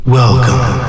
welcome